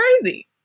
crazy